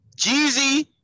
Jeezy